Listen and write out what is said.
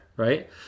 right